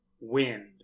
Wind